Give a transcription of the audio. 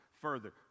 further